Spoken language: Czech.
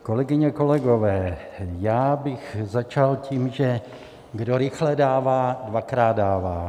Kolegyně, kolegové, já bych začal tím, že kdo rychle dává, dvakrát dává.